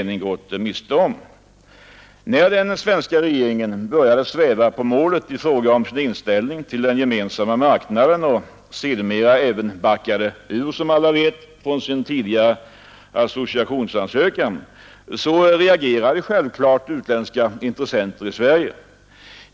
När den svenska regeringen började sväva på målet i fråga om sin inställning till Gemensamma marknaden och sedermera även, som alla vet, backade ut från sin tidigare associationsansökan reagerade naturligvis utländska intressenter i Sverige.